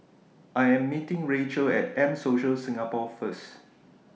I Am meeting Rachel At M Social Singapore First